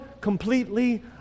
completely